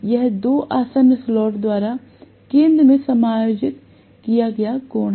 यह 2 आसन्न स्लॉट्स द्वारा केंद्र में समायोजित किया गया कोण है